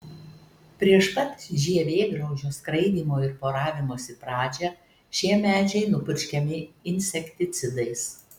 prieš pat žievėgraužio skraidymo ir poravimosi pradžią šie medžiai nupurškiami insekticidais